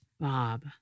Bob